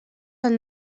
del